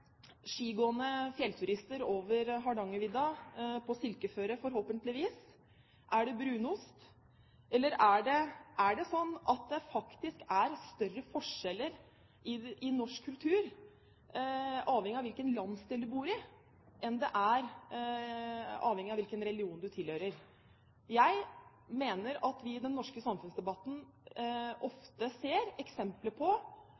skigående fjellturister over Hardangervidda – på silkeføre, forhåpentligvis? Er det brunost? Eller er det sånn at det faktisk er større forskjeller i norsk kultur avhengig av hvilken landsdel du bor i, enn av hvilken religion du tilhører? Jeg mener at vi i den norske samfunnsdebatten ofte ser eksempler på